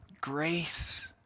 grace